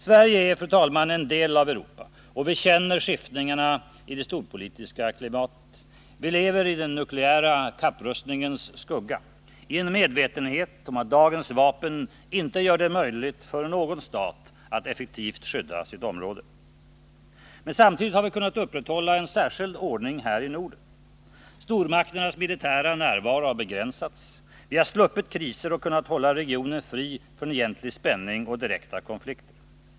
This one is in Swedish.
Sverige är en del av Europa, och vi känner skiftningarna i det storpolitiska klimatet. Vi lever i den nukleära kapprustningens skugga, i en medvetenhet om att dagens vapen inte gör det möjligt för någon stat att effektivt skydda sitt område. Men samtidigt har vi kunnat upprätthålla en särskild ordning i Norden. Stormakternas militära närvaro har begränsats. Vi har sluppit kriser och kunnat hålla regionen fri från egentlig spänning och direkta konflikter.